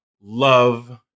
love